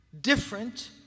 different